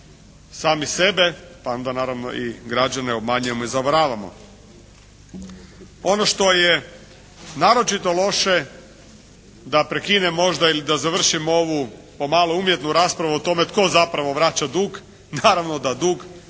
sami sebe, pa onda naravno i građane obmanjujemo i zavaravamo. Ono što je naročito loše da prekinem ili da završim ovu pomalo umjetnu raspravu o tome tko zapravo vraća dug. Naravno da dug